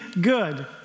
good